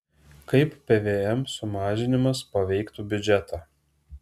kaip pvm sumažinimas paveiktų biudžetą